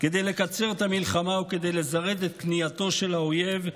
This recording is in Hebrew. כדי לקצר את המלחמה וכדי לזרז את כניעתו של האויב,